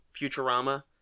Futurama